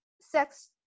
sex